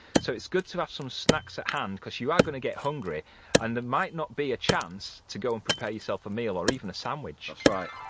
so it's good to have some snacks at hand because you are gonna get hungry and there might not be a chance to go and prepare yourself a meal or even a sandwich.